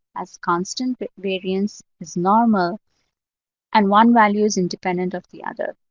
as constant but variance, is normal and one value is independent of the other.